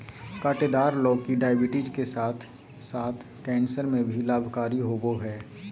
काँटेदार लौकी डायबिटीज के साथ साथ कैंसर में भी लाभकारी होबा हइ